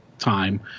time